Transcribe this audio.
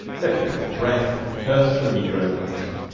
let me draw breath and curse the negro waiter,